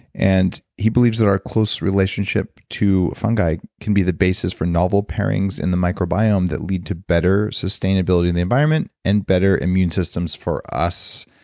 and he believes that our close relationship to fungi can be the basis for novel pairings in the microbiome that lead to better sustainability in the environment and better immune systems for us.